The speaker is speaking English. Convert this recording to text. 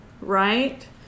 right